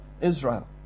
Israel